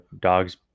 dogs